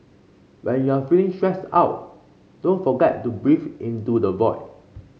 when you are feeling stressed out don't forget to breathe into the void